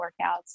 workouts